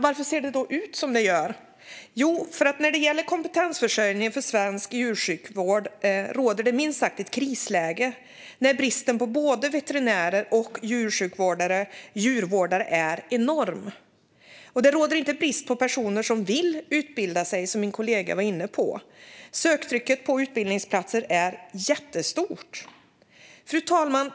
Varför ser det då ut som det gör? När det gäller kompetensförsörjningen för svensk djursjukvård råder det minst sagt ett krisläge när bristen på både veterinärer och djursjukvårdare är enorm. Det råder inte brist på personer som vill utbilda sig, som min kollega var inne på. Söktrycket på utbildningsplatserna är jättestort. Fru talman!